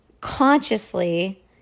consciously